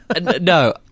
No